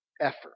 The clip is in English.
effort